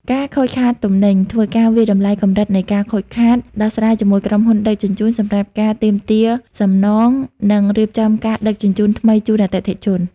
ការខូចខាតទំនិញ ធ្វើការវាយតម្លៃកម្រិតនៃការខូចខាត ដោះស្រាយជាមួយក្រុមហ៊ុនដឹកជញ្ជូនសម្រាប់ការទាមទារសំណង និងរៀបចំការដឹកជញ្ជូនថ្មីជូនអតិថិជន។